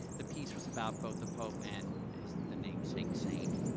the piece was about both the pope and the namesake saint,